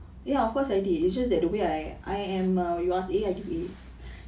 ya of course I did it just the way I I am a you ask a I give a